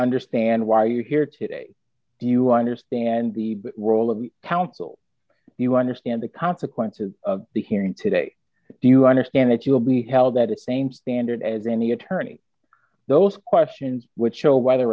understand why you are here today do you understand the role of counsel you understand the consequences of the hearing today do you understand that you will be held that the same standard as any attorney those questions would show whether